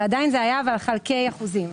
ועדיין זה היה חלקי אחוזים.